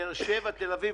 באר שבע ותל אביב,